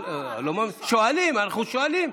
אנחנו שואלים.